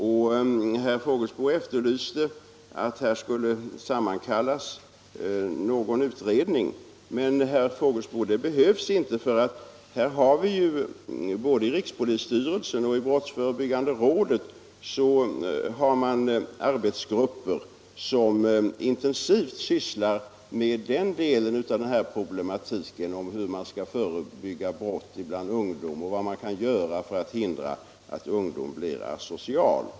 Han efterlyste även en utredning. Men, herr Fågelsbo, en sådan behövs inte, därför att både inom rikspolisstyrelsen och det brottsförebyggande rådet har man arbetsgrupper som intensivt sysslar med problematiken hur man skall förebygga brott bland ungdom och vad som kan göras för att hindra att ungdomen blir asocial.